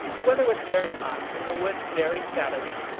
the weather was very hot, and the woods very shadowy.